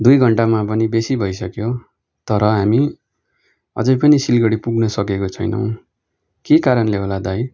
दुई घन्टामा पनि बेसी भइसक्यो तर हामी अझै पनि सिलगढी पुग्न सकेको छैनौँ के कारणले होला दाइ